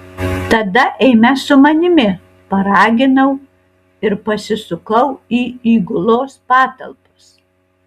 tada eime su manimi paraginau ir pasisukau į įgulos patalpas